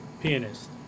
pianist